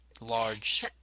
Large